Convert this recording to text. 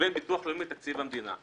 בין ביטוח לאומי לתקציב המדינה.